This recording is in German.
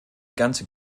ganze